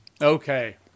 Okay